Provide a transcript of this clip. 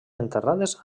enterrades